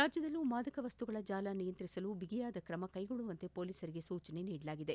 ರಾಜ್ಜದಲ್ಲೂ ಮಾದಕ ವಸ್ತುಗಳ ಜಾಲ ನಿಯಂತ್ರಿಸಲು ಬಿಗಿಯಾದ ಕ್ರಮ ಕೈಗೊಳ್ಳುವಂತೆ ಪೊಲೀಸರಿಗೆ ಸೂಚನೆ ನೀಡಲಾಗಿದೆ